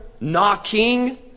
knocking